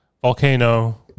volcano